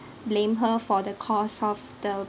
blame her for the cause of the